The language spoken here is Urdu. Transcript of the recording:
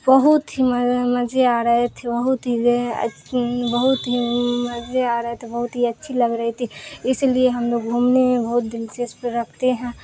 بہت ہی مزے آ رہے تھے بہت ہی بہت ہی مزے آ رہے تھے بہت ہی اچھی لگ رہی تھی اس لیے ہم لوگ گھومنے میں بہت دلچسپ رکھتے ہیں